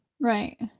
right